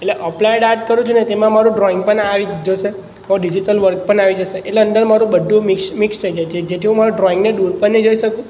એટલે applied art કરું છું ને તેમાં માંરૂ ડ્રોઈંગ પણ આવી જ જશે મારું ડિઝિટલ વર્ક પણ આવી જશે એટલે અંદર મારૂં બધું મિક્સ મિક્સ થઈ જશે જેથી હું મારૂં ડ્રોઈંગને દૂર પણ નહીં જઈ શકું